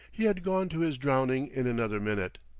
he had gone to his drowning in another minute.